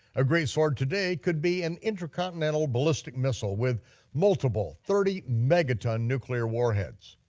a great sword today could be an intercontinental ballistic missile, with multiple thirty megaton nuclear warheads.